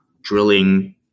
drilling